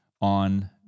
on